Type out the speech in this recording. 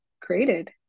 created